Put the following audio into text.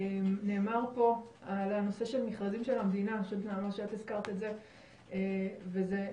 נאמר פה על הנושא של מכרזים של המדינה, נראה לי